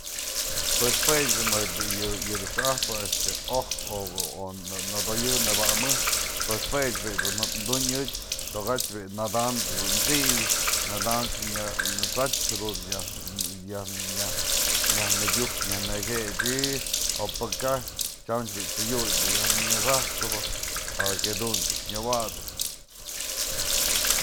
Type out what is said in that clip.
Pues jue ech bi'i yë du xa'ajpë oj o nëdoyë nëba'amë pues jue bi'i dun du'unyë ech toka'atyë bi'i nadamchë du'u tsi'iyë, nadamchë xa'achë nyaj në piuj nyaj nëjetsy o pë ka'aj tyam bë tsë'ëdyutë nyaj ninyaxäj t'sëpë para que jadun dun nyawa'asëp